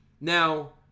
Now